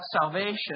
salvation